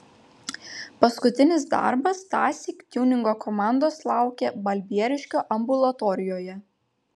paskutinis darbas tąsyk tiuningo komandos laukė balbieriškio ambulatorijoje